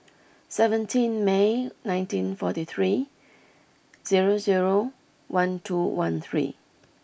seventeen May nineteen forty three zero zero one two one three